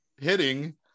hitting